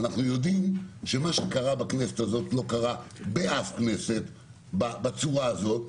אנחנו יודעים שמה שקרה בכנסת הזאת לא קרה באף כנסת בצורה הזאת.